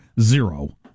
Zero